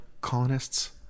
colonists